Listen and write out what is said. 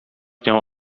nią